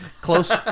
Close